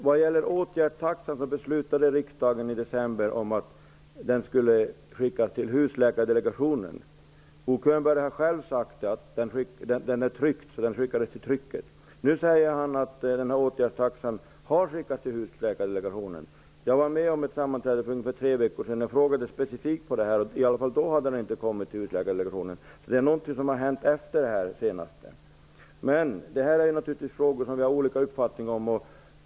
När det gäller åtgärdstaxan beslutade riksdagen i december om att frågan skulle handläggas av Husläkardelegationen. Bo Könberg sade själv att den skickades i väg för tryckning. Nu säger Bo Könberg att frågan om åtgärdstaxan har överlämnats till Husläkardelegationen. Jag deltog i ett sammanträde för ungefär tre veckor sedan. Jag frågade specifikt om detta, och då hade frågan ännu inte kommit till Husläkardelegationen. Det är i så fall någonting som har hänt efter det senaste sammanträdet. Detta är frågor som vi naturligtvis har olika uppfattningar om.